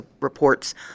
reports